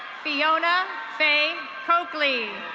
fiona fay coakley.